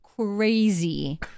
crazy